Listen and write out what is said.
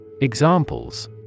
Examples